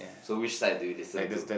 so which side do you listen to